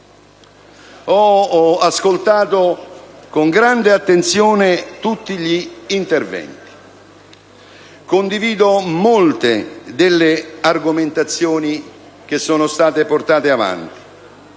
Ho ascoltato con grande attenzione tutti gli interventi. Condivido molte argomentazioni che sono state svolte.